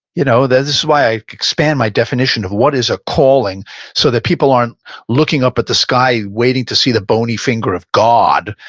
you know that this is why i expand my definition of what is a calling so that people aren't looking up at the sky waiting to see the bony finger of god.